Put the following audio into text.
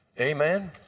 Amen